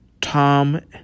Tom